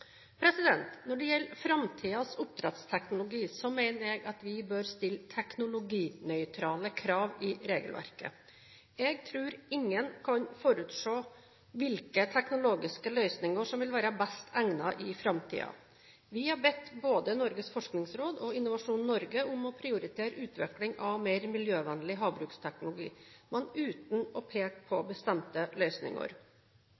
Når det gjelder framtidens oppdrettsteknologi, mener jeg vi bør stille teknologinøytrale krav i regelverket. Jeg tror ingen kan forutse hvilke teknologiske løsninger som vil være best egnet i framtiden. Vi har bedt både Norges forskningsråd og Innovasjon Norge om å prioritere utvikling av mer miljøvennlig havbruksteknologi, men uten å peke